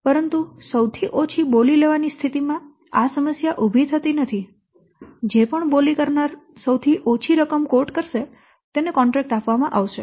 પરંતુ સૌથી ઓછી બોલી લેવાની સ્થિતિમાં આ સમસ્યા ઉભી થતી નથી જે પણ બોલી કરનાર સૌથી ઓછી રકમ કવોટ કરશે તેને કોન્ટ્રેક્ટ આપવામાં આવશે